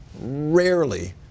rarely